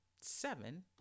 seven